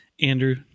Andrew